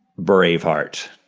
braveheart.